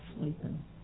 sleeping